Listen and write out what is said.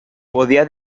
podia